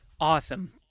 Awesome